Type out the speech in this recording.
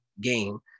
game